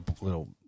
little